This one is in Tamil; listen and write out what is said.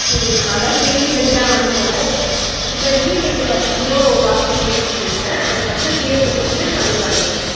சரி மேம் அதுதான் கேள்விப்பட்டு தான் வந்தோம் இப்போதைக்கி எனக்கு பத்து கிலோ பாஸ்மதி அரிசி கொடுங்க அதுக்கு அப்றம் தேவைப்பட்டுச்சுனா நான் வந்து வாய்ங்கிறேன்